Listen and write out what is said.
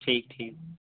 ٹھیک ٹھیک